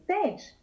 stage